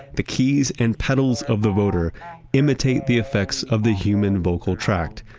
the keys and pedals of the voder imitate the effects of the human vocal tract,